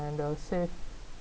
and uh save